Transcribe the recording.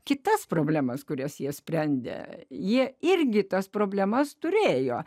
kitas problemas kurias jie sprendė jie irgi tas problemas turėjo